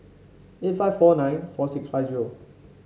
eight five four nine four six five zero